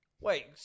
Wait